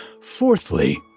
Fourthly